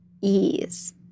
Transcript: ease